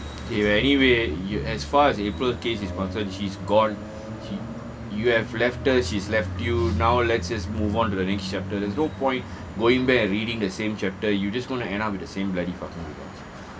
okay anyway y~ as far as april case is concerned she's gone you have left her she's left you now let's just move on to the next chapter there's no point going back and reading the same chapter you just going to end up with the same bloody problem